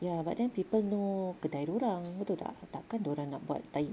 ya but then people know kedai diorang betul tak tak kan diorang nak buat tahi